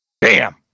Bam